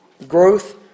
Growth